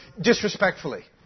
disrespectfully